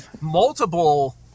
multiple